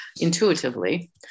intuitively